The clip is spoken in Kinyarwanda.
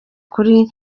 kuri